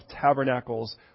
tabernacles